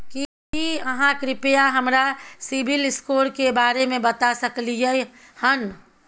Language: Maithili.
की आहाँ कृपया हमरा सिबिल स्कोर के बारे में बता सकलियै हन?